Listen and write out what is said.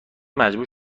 مجبور